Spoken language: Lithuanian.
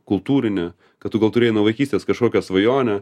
kultūrinė kad tu gal turėjai nuo vaikystės kažkokią svajonę